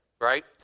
right